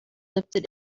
lifted